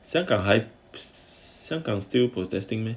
香港还香港 still protesting meh